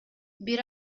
бир